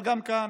אבל גם כאן